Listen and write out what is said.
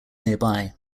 nearby